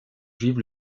juives